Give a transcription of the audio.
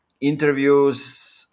interviews